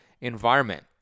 environment